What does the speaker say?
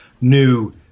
new